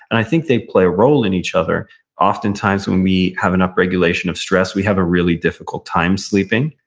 and i think they paly a role in each other oftentimes when we have an up-regulation of stress, we have a really difficult time sleeping,